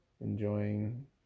enjoying